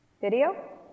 Video